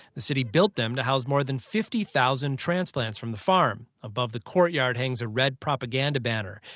the city built them to house more than fifty thousand transplants from the farm above the courtyard hangs a red propaganda banner.